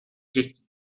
dětí